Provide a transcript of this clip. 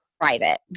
private